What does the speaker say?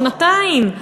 שנתיים,